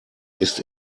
ist